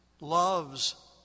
loves